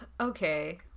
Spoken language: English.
Okay